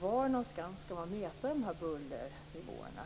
Var skall man mäta bullernivåerna?